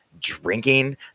drinking